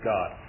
God